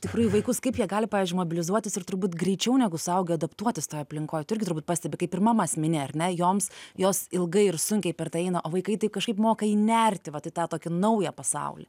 tikrųjų vaikus kaip jie gali pavyzdžiui mobilizuotis ir turbūt greičiau negu suaugę adaptuotis toj aplinkoj tu irgi turbūt pastebi kaip ir mamas mini ar ne joms jos ilgai ir sunkiai per tą eina o vaikai taip kažkaip mokai įnerti vat į tą tokį naują pasaulį